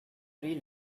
three